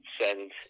send